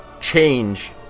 change